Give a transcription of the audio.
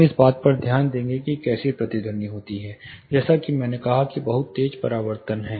हम इस बात पर ध्यान देंगे कि कैसे प्रतिध्वनि होती है जैसा कि मैंने कहा कि बहुत तेज परावर्तन हैं